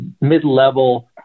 mid-level